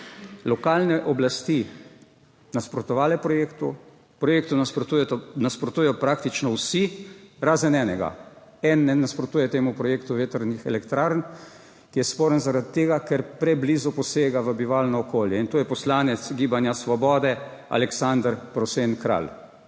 lokalne oblasti nasprotovale projektu. Projektu nasprotujejo praktično vsi, razen enega, ki ne nasprotuje temu projektu vetrnih elektrarn in ki je sporen zaradi tega, ker preblizu posega v bivalno okolje, in to je poslanec Gibanja Svoboda Aleksander Prosen Kralj,